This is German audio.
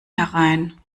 herein